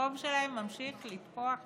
החוב שלהם ממשיך לתפוח ולתפוח,